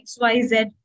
XYZ